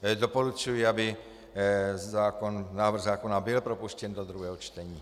Doporučuji, aby návrh zákon byl propuštěn do druhého čtení.